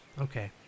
Okay